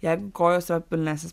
jeigu kojos yra pilnesnės